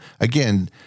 Again